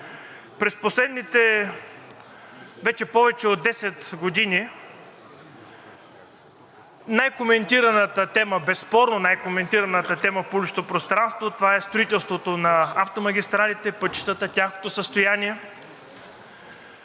През последните вече повече от 10 години най-коментираната тема, безспорно най-коментираната тема в публичното пространство, това е строителството на автомагистралите, пътищата, тяхното състояние.